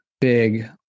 big